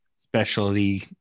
specialty